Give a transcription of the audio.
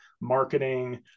marketing